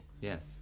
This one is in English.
Yes